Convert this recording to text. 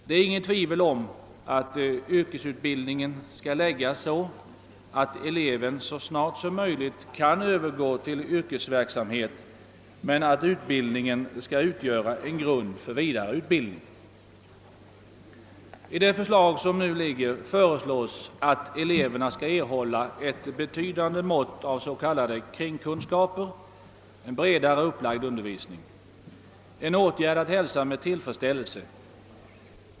Det är inget tvivel om att yrkesubildningen skall läggas så, att eleven så snart som möjligt kan övergå till yrkesverksamhet, men utbildningen skall också utgöra en grund för vidare utbildning. I det förslag som nu ligger föreslås att eleverna skall erhålla ett betydande mått av s.k. kringkunskaper, alltså en bredare upplagd undervisning, vilket är att hälsa med tillfredsställelse.